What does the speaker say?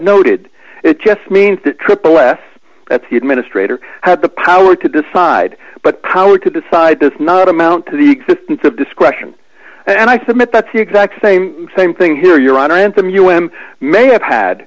noted it just means that triple s that's the administrator had the power to decide but power to decide this not amount to the existence of discretion and i submit that's the exact same same thing here your honor anthem you him may have had